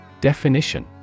Definition